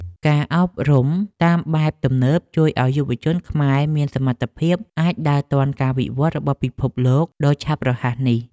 ការអប់រំតាមបែបទំនើបជួយឱ្យយុវជនខ្មែរមានសមត្ថភាពអាចដើរទាន់ការវិវត្តរបស់ពិភពលោកដ៏ឆាប់រហ័សនេះ។